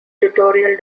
tutorial